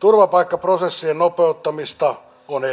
toisaalta kunnat pystyvät paremmin vastaamaan niistä velvoitteista mitä